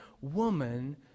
woman